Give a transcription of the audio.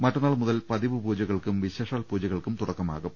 മറ്റന്നാൾ മുതൽ പതിവു പൂജകൾക്കും വിശേഷാൽ പൂജകൾക്കും തുടക്ക മാകും